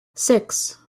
six